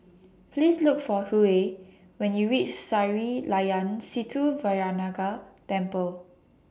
Please Look For Hughey when YOU REACH Sri Layan Sithi Vinayagar Temple